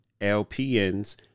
LPNs